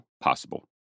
possible